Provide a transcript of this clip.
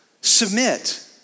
submit